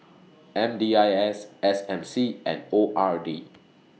M D I S S M C and O R D